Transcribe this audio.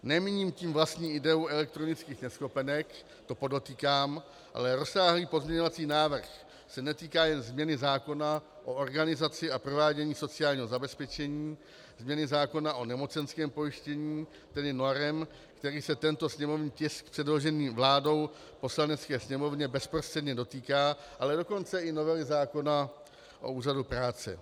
Nemíním tím vlastní ideu elektronických neschopenek, to podotýkám, ale rozsáhlý pozměňovací návrh se netýká jen změny zákona o organizaci a provádění sociálního zabezpečení, změny zákona o nemocenském pojištění, tedy norem, kterých se tento sněmovní tisk předložený vládou Poslanecké sněmovně bezprostředně dotýká, ale dokonce i novely zákona o Úřadu práce.